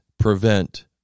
Prevent